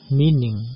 meaning